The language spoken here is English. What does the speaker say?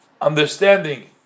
understanding